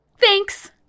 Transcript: Thanks